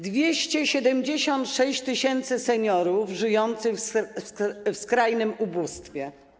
276 tys. seniorów żyjących w skrajnym ubóstwie.